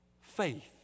faith